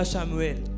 Samuel